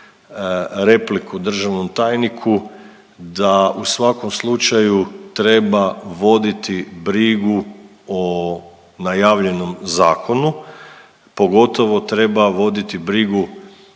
repliku državnom tajniku da u svakom slučaju treba voditi brigu o najavljenom zakonu, pogotovo treba voditi brigu